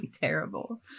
terrible